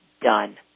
done